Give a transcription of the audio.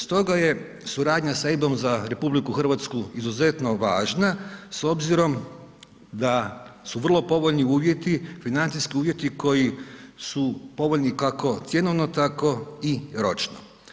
Stoga je suradnja sa EIB-om za RH izuzetno važna s obzirom da su vrlo povoljni uvjeti, financijski uvjeti koji su povoljni, kako cjenovno, tako i ročno.